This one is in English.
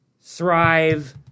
Thrive